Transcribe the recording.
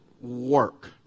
work